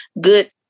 good